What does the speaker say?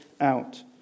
out